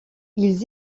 ils